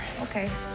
Okay